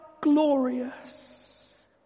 glorious